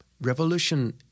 revolution